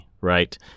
right